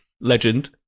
legend